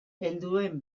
helduen